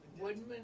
Woodman